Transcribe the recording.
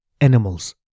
animals